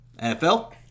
NFL –